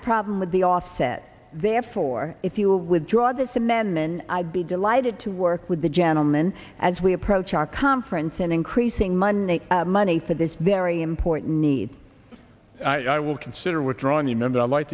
a problem with the offset therefore if you will withdraw this amendment i'd be delighted to work with the gentleman as we approach our conference in increasing money money for this very important need i will consider withdrawing the member i'd like